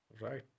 Right